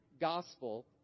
gospel